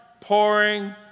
pouring